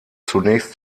zunächst